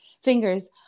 fingers